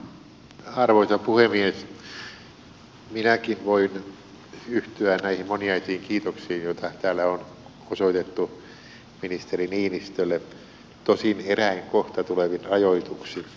minäkin voin yhtyä näihin moninaisiin kiitoksiin joita täällä on osoitettu ministeri niinistölle tosin eräin kohta tulevin rajoituksin